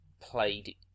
played